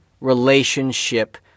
relationship